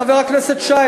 חבר הכנסת שי,